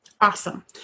Awesome